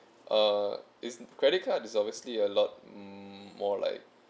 uh is credit card is obviously a lot more like